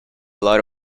lot